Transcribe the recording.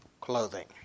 clothing